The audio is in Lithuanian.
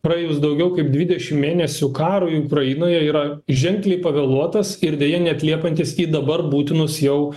praėjus daugiau kaip dvidešim mėnesių karui ukrainoje yra ženkliai pavėluotas ir deja neatliepiantis į dabar būtinus jau